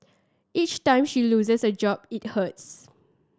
each time she loses a job it hurts